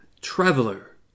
Traveler